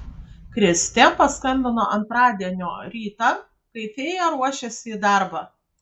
kristė paskambino antradienio rytą kai fėja ruošėsi į darbą